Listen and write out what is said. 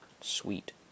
Sweet